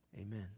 Amen